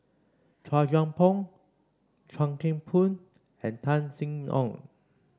Chua Thian Poh Chuan Keng Boon and Tan Sin Aun